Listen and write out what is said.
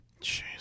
Jeez